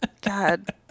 god